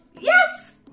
Yes